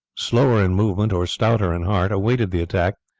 slower in movement or stouter in heart, awaited the attack,